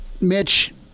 Mitch